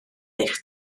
eich